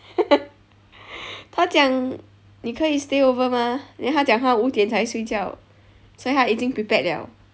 他讲你可以 stay over mah then 他讲他五点才睡觉所以他已经 prepared liao